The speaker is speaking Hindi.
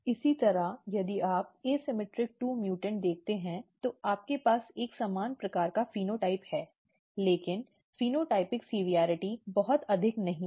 इसी तरह यदि आप asymmetric2 म्यूटेंट देखते हैं तो आपके पास एक समान प्रकार का फेनोटाइप है लेकिन फेनोटाइपिक सिविरिटी बहुत अधिक नहीं है